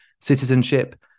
citizenship